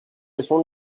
leçons